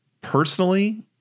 personally